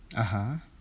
(uh huh)